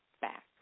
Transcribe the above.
back